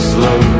Slow